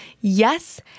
Yes